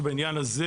שבעניין הזה,